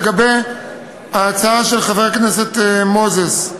לגבי ההצעה של חבר הכנסת מוזס,